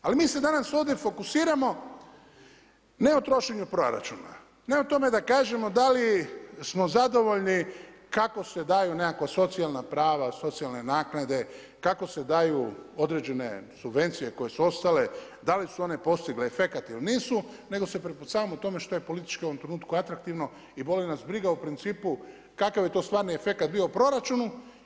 Ali mi se danas ovdje fokusiramo ne o trošenju proračuna, ne o tome da kažemo da li smo zadovoljni kako se daju nekakva socijalna prava, socijalne naknade, kako se daju određene subvencije koje su ostale, da li su one postigle efekt ili nisu nego se prepucavamo o tome što je politički u ovom trenutku atraktivno i boli nas briga u principu kakav je to stvarni efekt bio u proračunu.